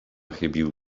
chybił